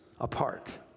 apart